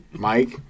Mike